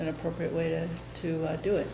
an appropriate way to to do it